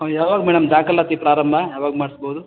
ಯಾವಾಗ ಮೇಡಮ್ ದಾಖಲಾತಿ ಪ್ರಾರಂಭ ಯಾವಾಗ ಮಾಡಿಸ್ಬೋದು